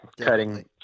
cutting